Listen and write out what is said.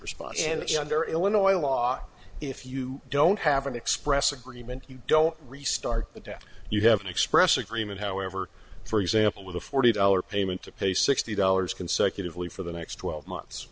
response and it's under illinois law if you don't have an express agreement you don't restart the debt you have an express agreement however for example with a forty dollars payment to pay sixty dollars consecutively for the next twelve months